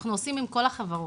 אנחנו עושים עם כל החברות,